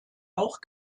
auch